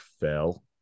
fell